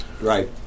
Right